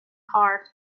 car